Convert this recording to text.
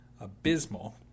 abysmal